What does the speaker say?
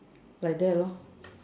like that lor